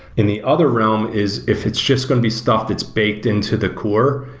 and the other realm is, if it's just going to be stuff that's baked into the core,